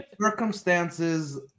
circumstances